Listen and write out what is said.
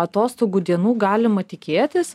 atostogų dienų galima tikėtis